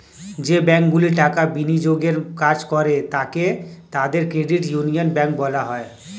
যে ব্যাঙ্কগুলি টাকা বিনিয়োগের কাজ করে থাকে তাদের ক্রেডিট ইউনিয়ন ব্যাঙ্ক বলা হয়